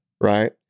right